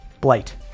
Blight